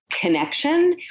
connection